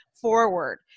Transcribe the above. forward